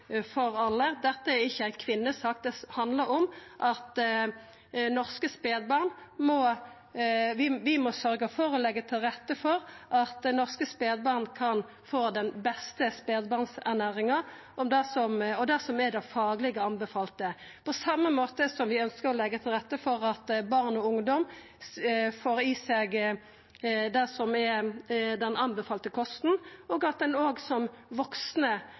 for alle – det er ikkje ei kvinnesak det handlar om. Vi må sørgja for å leggja til rette for at norske spedbarn kan få den beste spedbarnsernæringa og det som er det fagleg anbefalte, på same måten som vi ønskjer å leggja til rette for at barn og ungdom får i seg det som er den anbefalte kosten, og at òg vaksne ser at kosthald er viktig. Når det gjeld spedbarn, er det vel ingenting som